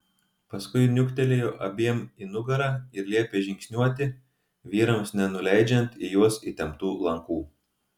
paskui niuktelėjo abiem į nugarą ir liepė žingsniuoti vyrams nenuleidžiant į juos įtemptų lankų